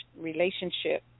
relationship